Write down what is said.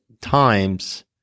times